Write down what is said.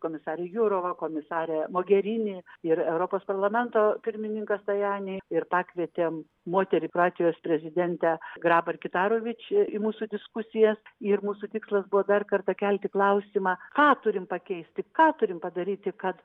komisarė jurova komisarė mogerini ir europos parlamento pirmininkas tajanei ir pakvietėm moterį kroatijos prezidentę grabar kitarovič į mūsų diskusijas ir mūsų tikslas buvo dar kartą kelti klausimą ką turim pakeisti ką turim padaryti kad